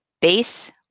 base